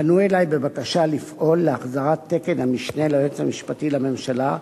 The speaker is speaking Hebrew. פנו אלי בבקשה לפעול להחזיר תקן המשנה ליועץ המשפטי לממשלה,